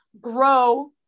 grow